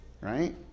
Right